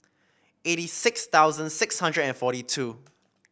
eighty six thousand six hundred and forty two